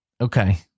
Okay